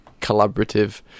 collaborative